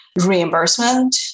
reimbursement